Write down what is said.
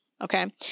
okay